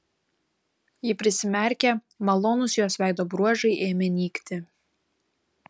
ji prisimerkė malonūs jos veido bruožai ėmė nykti